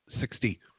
Sixty